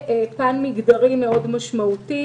יש פן מגדרי משמעותי מאוד